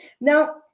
Now